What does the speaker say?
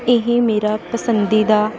ਇਹ ਮੇਰਾ ਪਸੰਦੀਦਾ